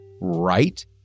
right